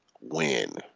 win